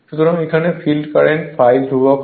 সুতরাং এখানে field current ∅ ধ্রুবক হয়